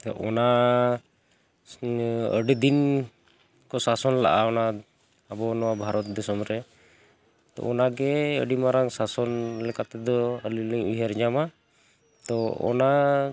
ᱚᱱᱟ ᱟᱹᱰᱤ ᱫᱤᱱ ᱠᱚ ᱥᱟᱥᱚᱱ ᱞᱟᱜᱟᱜᱼᱟ ᱚᱱᱟ ᱟᱵᱚ ᱱᱚᱣᱟ ᱵᱷᱟᱨᱚᱛ ᱫᱤᱥᱚᱢ ᱨᱮ ᱛᱚ ᱚᱱᱟᱜᱮ ᱟᱹᱰᱤ ᱢᱟᱨᱟᱝ ᱥᱟᱥᱚᱱ ᱞᱮᱠᱟ ᱛᱮᱫᱚ ᱟᱹᱞᱤᱧᱞᱤᱧ ᱩᱭᱦᱟᱹᱨ ᱧᱟᱢᱟ ᱛᱚ ᱚᱱᱟ